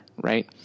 right